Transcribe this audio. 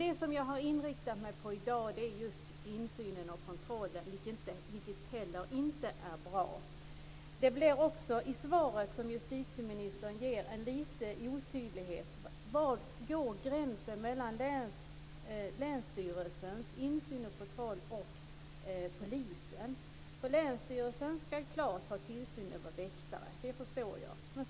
Det som jag inriktat mig på i dag är just insynen och kontrollen, som inte heller är bra. Det finns i justitieministerns svar en liten otydlighet i fråga om var gränsen går mellan länsstyrelsens insyn och kontroll och polisens. Länsstyrelsen ska klart ha tillsyn över väktare - det förstår jag.